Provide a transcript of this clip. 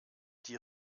die